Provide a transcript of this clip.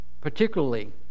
particularly